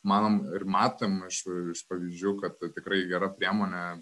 manom ir matom iš iš pavyzdžių kad tikrai gera priemonė